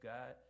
God